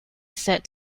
said